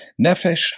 nefesh